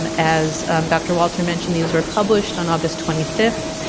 um as dr. walter mentioned, these were published on august twenty fifth.